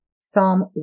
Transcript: Psalm